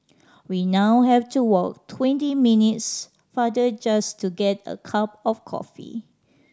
we now have to walk twenty minutes farther just to get a cup of coffee